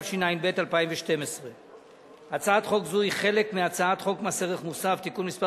התשע"ב 2012. הצעת חוק זו היא חלק מהצעת חוק מס ערך מוסף (תיקון מס'